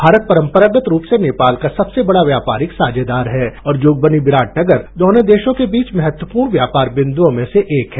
भारत परम्परागत रूप से नेपाल का सबसे बड़ा व्यापारिक साझेदार है और जोगबनी बिराटनगर दोनों देशों के बीच महत्वपूर्ण व्यापार बिन्दुओं में से एक है